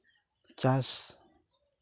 ᱪᱟᱥ